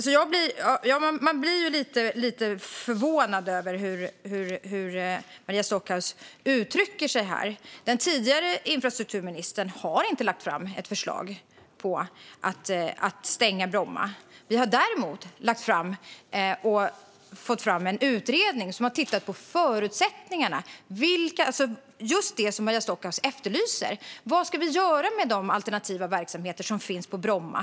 Man blir lite förvånad över hur Maria Stockhaus uttrycker sig här. Den tidigare infrastrukturministern har inte lagt fram ett förslag om att stänga Bromma. Vi har däremot fått fram en utredning som har tittat på förutsättningarna. Det är just det som Maria Stockhaus efterlyser. Vad ska vi göra med de alternativa verksamheter som finns på Bromma?